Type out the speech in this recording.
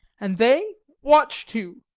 and they watch too.